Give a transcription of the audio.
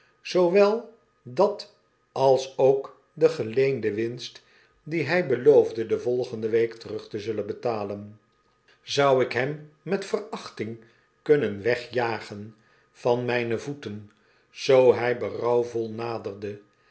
zoowel dat als ook de geleende winst die hy be loofde de volgende week terug te zullen betalen zou ik hem met verachting kunnen wegjagen van mijne voeten zoo hy berouwvol naderde